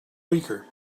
weaker